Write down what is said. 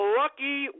lucky